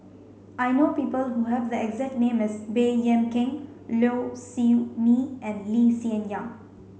I know people who have the exact name as Baey Yam Keng Low Siew Nghee and Lee Hsien Yang